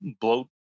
bloat